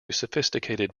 sophisticated